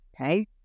okay